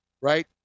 right